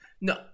No